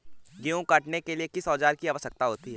गेहूँ काटने के लिए किस औजार की आवश्यकता होती है?